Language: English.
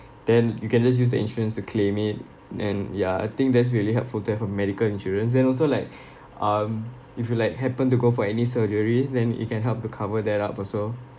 then you can just use the insurance to claim it and ya I think that's really helpful to have a medical insurance then also like um if you like happened to go for any surgeries then it can help to cover that up also